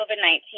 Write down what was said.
COVID-19